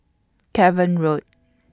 Cavan Road